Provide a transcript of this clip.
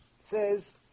says